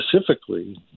specifically